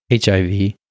HIV